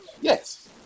Yes